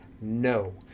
no